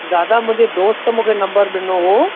दादा मुंहिंजे दोस्त मूंखे नम्बर ॾिनो हो